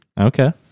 Okay